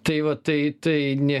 tai va tai tai ne